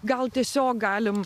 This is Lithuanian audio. gal tiesiog galim